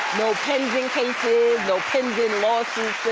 pending cases, no pending lawsuits,